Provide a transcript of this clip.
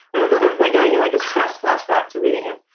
if ah and i go to you like a stress flashback to reading it,